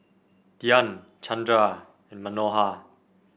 Dhyan Chandra and Manohar